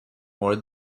wore